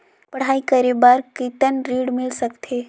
पढ़ाई करे बार कितन ऋण मिल सकथे?